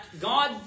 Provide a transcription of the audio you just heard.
God